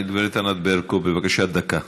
גב' ענת ברקו, בבקשה, דקה.